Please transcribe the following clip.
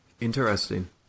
Interesting